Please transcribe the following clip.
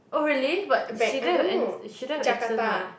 oh really but she don't have an she don't have accent [what]